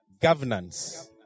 Governance